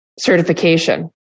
certification